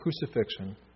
crucifixion